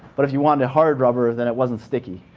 but if you wanted a hard rubber, then it wasn't sticky.